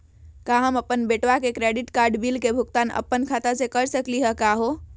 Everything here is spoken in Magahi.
का हम अपन बेटवा के क्रेडिट कार्ड बिल के भुगतान अपन खाता स कर सकली का हे?